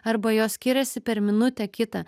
arba jos skiriasi per minutę kitą